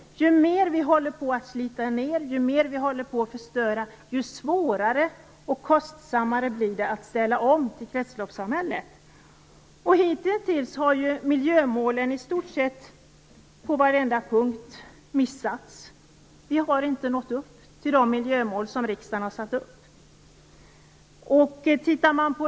Ju mer vi håller på att slita ned, ju mer vi håller på att förstöra, desto svårare och kostsammare blir det att ställa om till kretsloppssamhället. Hitintills har miljömålen missats på i stort sett varenda punkt. Vi har inte nått fram till de miljömål som riksdagen har satt upp.